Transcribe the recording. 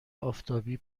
آفتابی